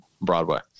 Broadway